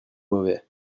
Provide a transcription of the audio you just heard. mauvais